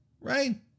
right